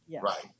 Right